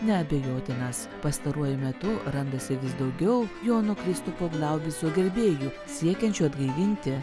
neabejotinas pastaruoju metu randasi vis daugiau jono kristupo glaubico gerbėjų siekiančių atgaivinti